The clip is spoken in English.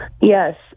Yes